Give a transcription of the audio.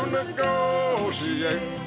negotiate